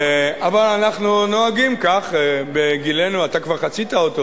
אבל אנחנו נוהגים כך, בגילנו, אתה כבר חצית אותו,